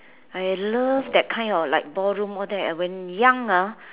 I love that kind of like ballroom all that when young ah